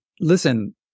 listen